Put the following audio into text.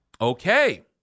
Okay